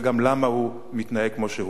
וגם למה הוא מתנהג כמו שהוא